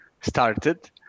started